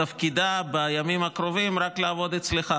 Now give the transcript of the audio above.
תפקידה בימים הקרובים רק לעבוד אצלך.